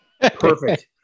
perfect